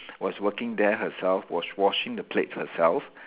was working there herself was washing the plates herself